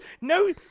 No